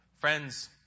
Friends